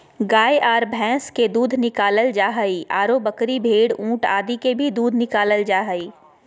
गाय आर भैंस के दूध निकालल जा हई, आरो बकरी, भेड़, ऊंट आदि के भी दूध निकालल जा हई